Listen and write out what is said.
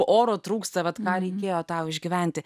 oro trūksta vat man įdėjo tau išgyventi